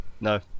No